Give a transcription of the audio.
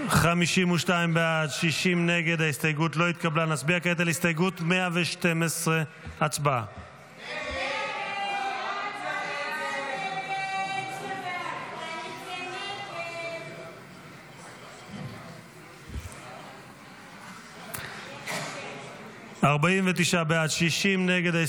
נצביע כעת על הסתייגות 112. הצבעה.